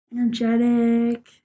energetic